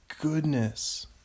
goodness